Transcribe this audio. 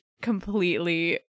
completely